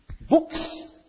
books